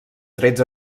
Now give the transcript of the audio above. trets